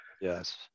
Yes